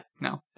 no